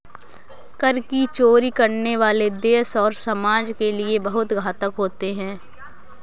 कर की चोरी करने वाले देश और समाज के लिए बहुत घातक होते हैं